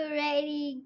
ready